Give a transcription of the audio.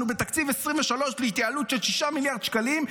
בתקציב 2023 להתייעלות של 6 מיליארד שקלים,